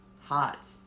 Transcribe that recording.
Hot